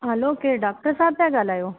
हलो केर डॉक्टर साहिब पिया ॻाल्हायो